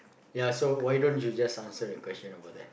ya so why don't you just answer the question about that